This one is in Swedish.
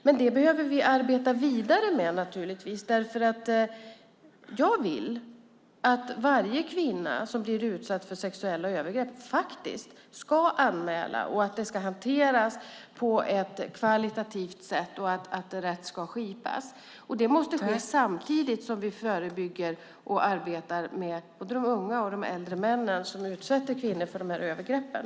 Men det här behöver vi naturligtvis arbeta vidare med, därför att jag vill att varje kvinna som blir utsatt för sexuellt övergrepp faktiskt ska anmäla, att anmälningarna ska hanteras med god kvalitet och att rätt ska skipas. Och det måste ske samtidigt med det förebyggande arbetet och arbetet med både de unga och de äldre männen som utsätter kvinnor för de här övergreppen.